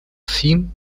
theme